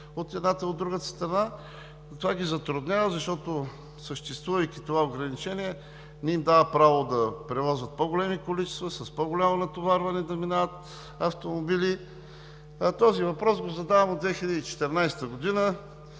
от едната и от другата страна. Това ги затруднява, защото, съществувайки това ограничение, то не им дава право да превозват по-големи количества, автомобили с по-голямо натоварване да минават. Този въпрос го задавам от 2014 г.